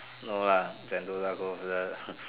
no lah Sentosa Cove the